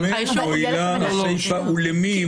למה מועילה הסיפא ולמי היא מועילה?